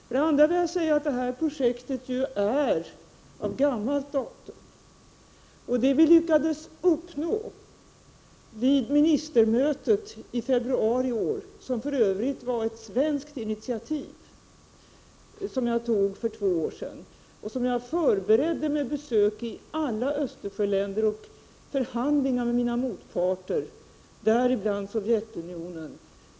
För det andra vill jag säga att projektet är av gammalt datum men att vi vid ministermötet i februari i år lyckades uppnå en överenskommelse om minskning av utsläppen. Det mötet var för övrigt ett svenskt initiativ, som jag tog för två år sedan och som jag förberedde med besök i alla Östersjöländer och förhandlingar med våra motparter, däribland Sovjetunionen.